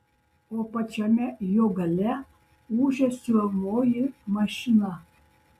o pačiame jo gale ūžia siuvamoji mašina